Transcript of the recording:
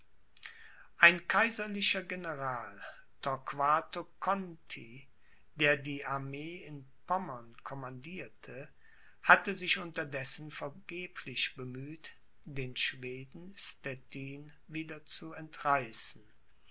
ein kaiserlicher general torquato conti der die armee in pommern commandierte hatte sich unterdessen vergeblich bemüht den schweden stettin wieder zu entreißen